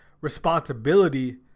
responsibility